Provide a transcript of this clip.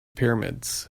pyramids